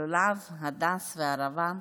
לולב, הדס וערבה.